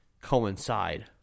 coincide